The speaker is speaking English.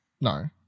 No